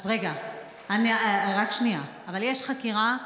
אז רגע, רק שנייה, אבל יש חקירה.